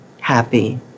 happy